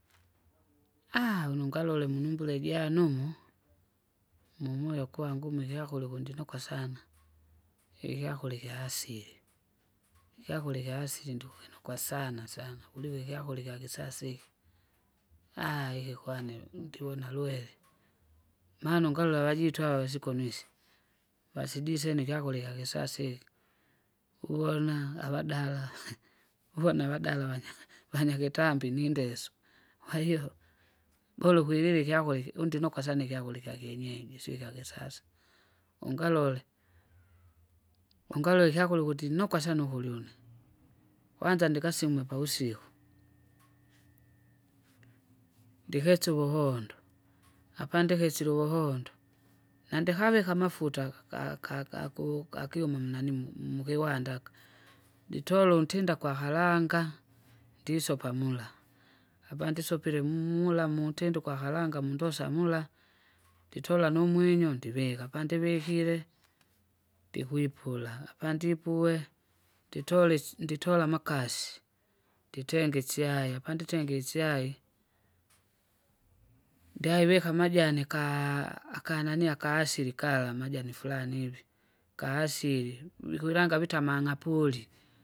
Aaha! unungalole munumbula ijanu umu, mumoyo kwangu umu ifyakula kundinuka sana, ikyakura ikya asili, ikyakura ikya asili ndikwinuka sana sana kuliko ikyakura ikyakisasa iki, aaha! ikikwanae ndiwuna lwere. Maana ungalola vajito ava sikonuise, basi jise nikyakurya ikyakisasa iki, ughona avadala uvona avadala vanya- vanyakitambi nindesu, kwahiyo, bora ukwilila ikyakura iki undinoka sana ikyakura ikyakyenyeji sio ikyakisasa, ungalole. Ungalole ikyakura ukuti nuka sana ukurya une, kwanza ndikasimwe pavusiku, ndikesya uvuhondo, apandikesire uvuhondo, nandikavika amafua ka- ka- ka- ku- kakiuma munanii mu- mukiwanda aka, nditole untinda kwaharanga, ndisopa mula, apandisoplie mu- mula mutenduka iharanga mundosa mula, nditola numwinyo ndivika pandivikire? Ndikwipula, apandipue, nditole isu- nditola amakasi, nditenge isyai apanditenge isyai. Ndaivika amajani kaa akanani aka asili kala majani furani ivi, kaa asili vikwilanga vita amang'apoli.